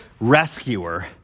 rescuer